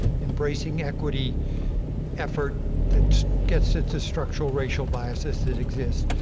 embracing equity effort that gets at the structural racial bias that exists.